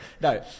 No